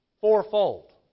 Fourfold